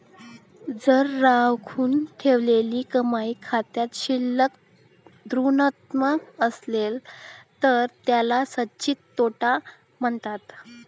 जर राखून ठेवलेली कमाई खाते शिल्लक ऋणात्मक असेल तर त्याला संचित तोटा म्हणतात